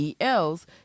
el's